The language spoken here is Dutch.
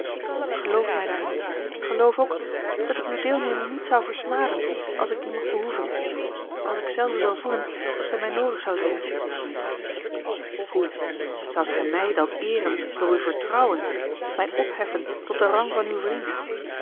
geloof mij daarin geloof ook dat ik uwe deelneming niet zou versmaden als ik die mocht behoeven als ik zelve zal voelen dat zij mij noodig zou zijn hoe zoudt gij mij dan eeren door uw vertrouwen mij opheffen tot den rang van uw vriend